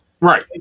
Right